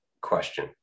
question